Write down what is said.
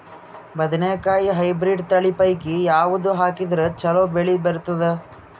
ಬದನೆಕಾಯಿ ಹೈಬ್ರಿಡ್ ತಳಿ ಪೈಕಿ ಯಾವದು ಹಾಕಿದರ ಚಲೋ ಬೆಳಿ ಬರತದ?